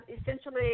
essentially